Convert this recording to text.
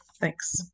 Thanks